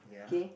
K